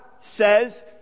says